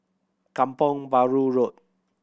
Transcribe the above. Kampong Bahru Road